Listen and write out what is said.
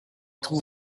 trouve